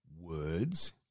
words